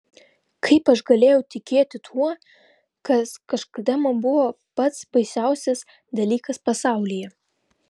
kaip aš galėjau tikėti tuo kas kažkada man buvo pats baisiausias dalykas pasaulyje